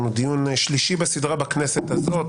אנחנו בדיון שלישי בסדרה בכנסת הזאת.